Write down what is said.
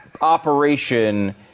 operation